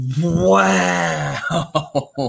Wow